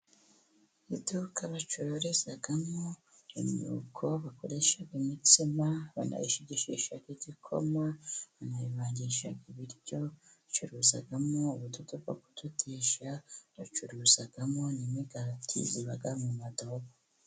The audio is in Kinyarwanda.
Iduka bacururizamo imyuko bakoresha imitsima, banayishigishisha igikoma, banayivangisha ibiryo, bacuruzamo ubudodo bwo kudodesha, bacuruzamo imigati iba mu mumadobo.